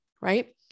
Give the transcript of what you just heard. Right